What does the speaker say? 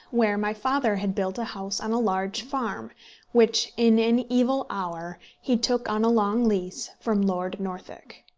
where my father had built a house on a large farm which, in an evil hour he took on a long lease from lord northwick.